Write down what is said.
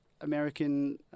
American